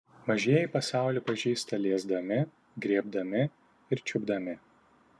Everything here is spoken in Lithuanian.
mažieji pasaulį pažįsta liesdami griebdami ir čiupdami